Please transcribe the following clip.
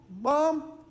Mom